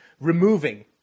removing